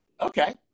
okay